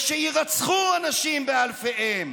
ושיירצחו אנשים באלפיהם,